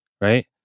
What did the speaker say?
Right